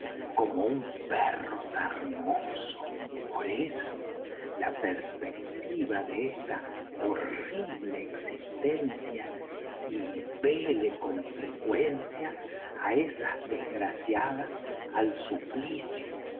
como un perro sarnoso por eso la perspectiva de esta horrible existencia impele con frecuencia a esas desgraciadas al suplicio